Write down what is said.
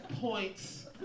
points